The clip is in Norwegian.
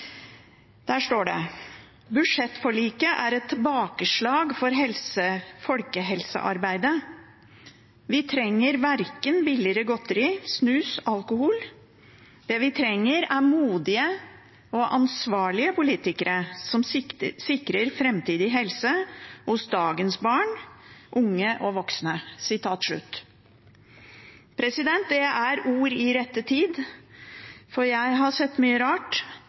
Der står det: «Budsjettforliket er et tilbakeslag for folkehelsearbeidet. Vi trenger hverken billigere godteri, snus eller alkohol, det vi trenger er modige og ansvarlige politikere som sikrer fremtidig helse hos dagens barn, unge og voksne.» Dette er ord i rett tid. Jeg har sett mye rart,